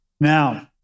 now